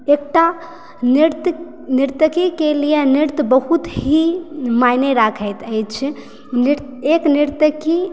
एकटा नृत्य नर्तकी के लिए नृत्य बहुत ही मायने राखैत अछि नृत्य एक नर्तकी